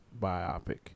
biopic